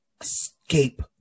escape